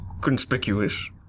Conspicuous